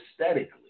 aesthetically